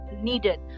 needed